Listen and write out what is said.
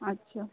আচ্ছা